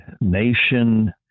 nation